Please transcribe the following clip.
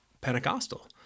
pentecostal